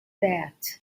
that